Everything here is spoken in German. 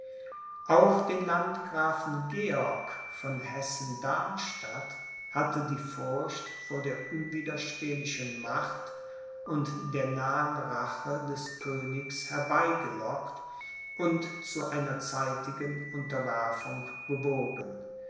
auch den landgrafen georg von hessen-darmstadt hatte die furcht vor der unwiderstehlichen macht und der nahen rache des königs herbei gelockt und zu einer zeitigen unterwerfung bewogen